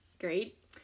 great